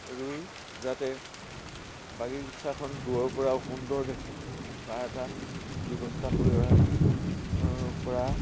ৰুই যাতে বাগিচাখন দূৰৰ পৰা সুন্দৰ দেখে তাৰ এটা ব্যৱস্থা কৰি লোৱা কৰা